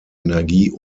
energie